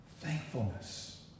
Thankfulness